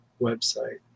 website